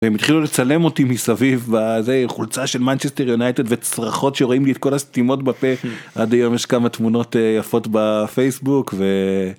הם התחילו לצלם אותי מסביב הזה חולצה של מנצ'סטר יונייטד וצרחות שרואים לי את כל הסתימות בפה, עד היום יש כמה תמונות יפות בפייסבוק.